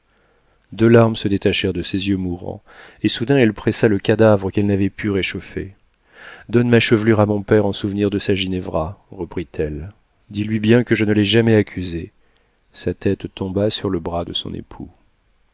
deux larmes se détachèrent de ses yeux mourants et soudain elle pressa le cadavre qu'elle n'avait pu réchauffer donne ma chevelure à mon père en souvenir de sa ginevra reprit-elle dis-lui bien que je ne l'ai jamais accusé sa tête tomba sur le bras de son époux